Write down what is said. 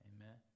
Amen